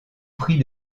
prix